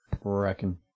Reckon